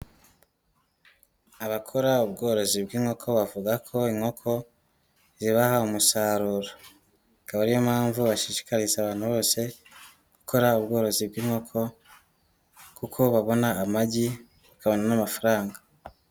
Abakora ubworozi bw'inkoko bavuga ko inkoko zibaha umusaruro. Akaba ari yo mpamvu bashishikariza abantu bose gukora ubworozi bw'inkoko kuko babona amagi bakabona n'amafaranga.